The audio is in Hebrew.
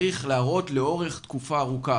צריך להראות לאורך תקופה ארוכה,